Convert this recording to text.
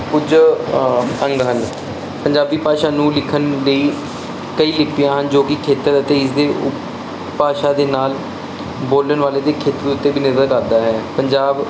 ਕੁਝ ਅੰਗ ਹਨ ਪੰਜਾਬੀ ਭਾਸ਼ਾ ਨੂੰ ਲਿਖਣ ਲਈ ਕਈ ਲਿਪੀਆਂ ਹਨ ਜੋ ਕਿ ਖੇਤਰ ਅਤੇ ਇਸਦੇ ਭਾਸ਼ਾ ਦੇ ਨਾਲ ਬੋਲਣ ਵਾਲੇ ਦੇ ਖੇਤਰ ਉੱਤੇ ਵੀ ਨਿਰਭਰ ਕਰਦਾ ਹੈ ਪੰਜਾਬ